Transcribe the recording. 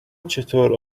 چطور